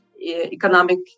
economic